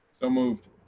ah moved.